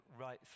right